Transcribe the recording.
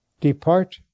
Depart